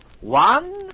one